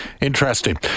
Interesting